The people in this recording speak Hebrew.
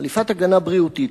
חליפת הגנה בריאותית.